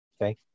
Okay